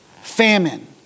famine